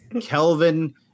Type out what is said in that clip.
Kelvin